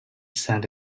sent